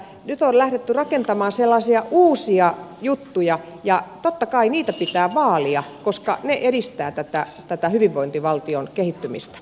nyt on lähdetty rakentamaan sellaisia uusia juttuja ja totta kai niitä pitää vaalia koska ne edistävät tätä hyvinvointivaltion kehittymistä